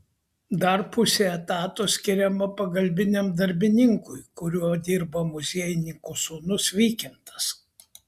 dar pusė etato skiriama pagalbiniam darbininkui kuriuo dirba muziejininkų sūnus vykintas